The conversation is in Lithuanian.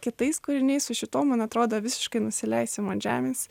kitais kūriniais su šituo man atrodo visiškai nusileisim ant žemės